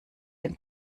den